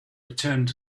returned